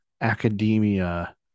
academia